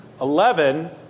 Eleven